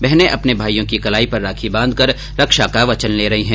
बहनें अपने भाईयों की कलाई पर राखी बांधकर रक्षा का वचन ले रही हैं